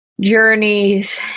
journeys